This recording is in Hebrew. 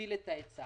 להגדיל את ההיצע.